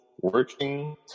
working